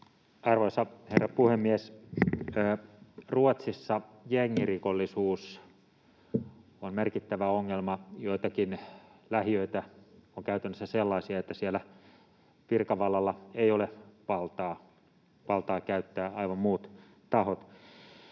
Arvoisa herra puhemies! Ruotsissa jengirikollisuus on merkittävä ongelma. Joitakin lähiöitä on käytännössä sellaisia, että siellä virkavallalla ei ole valtaa — valtaa käyttävät aivan muut tahot.